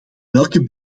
welke